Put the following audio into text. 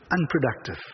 unproductive